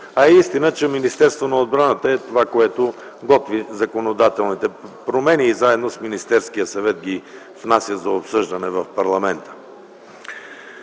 А е истина, че Министерството на отбраната е това, което готви законодателните промени и заедно с Министерския съвет ги внася за обсъждане в парламента.